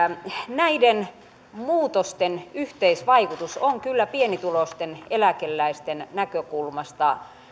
näiden muutosten yhteisvaikutus on kyllä pienituloisten eläkeläisten näkökulmasta